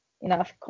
enough